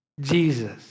Jesus